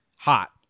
hot